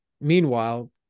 meanwhile